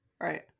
Right